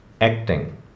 Acting